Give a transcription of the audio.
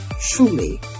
truly